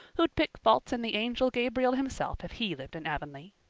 who'd pick faults in the angel gabriel himself if he lived in avonlea.